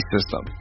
System